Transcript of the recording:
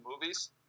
movies